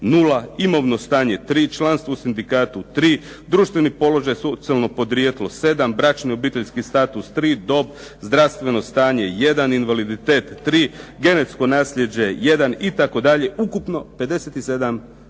nula, imovno stanje 3, članstvo u sindikatu 3, društveni položaj, socijalno podrijetlo 7, bračni i obiteljski status 3, dob, zdravstveno stanje 1, invaliditet 3, genetsko nasljeđe 1, itd. Ukupno 57 predstavki.